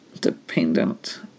dependent